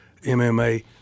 MMA